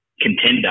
contender